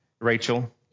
Rachel